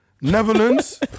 Netherlands